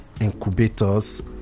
incubators